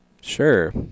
Sure